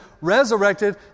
resurrected